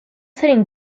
setting